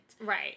Right